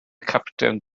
capten